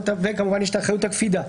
כמובן יש את אחריות הקפידה.